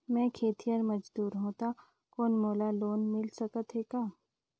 मैं खेतिहर मजदूर हों ता कौन मोला लोन मिल सकत हे का?